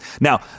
Now